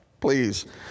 please